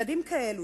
ילדים כאלו,